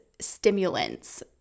stimulants